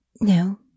no